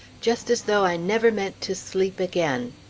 just as though i never meant to sleep again.